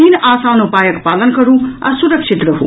तीन आसान उपायक पालन करू आ सुरक्षित रहू